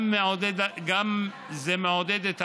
זה גם מעודד את העלייה,